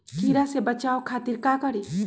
कीरा से बचाओ खातिर का करी?